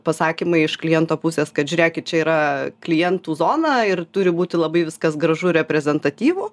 pasakymai iš kliento pusės kad žiūrėkit čia yra klientų zona ir turi būti labai viskas gražu reprezentatyvu